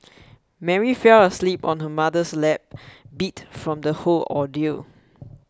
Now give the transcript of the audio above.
Mary fell asleep on her mother's lap beat from the whole ordeal